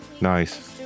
Nice